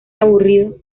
aburrido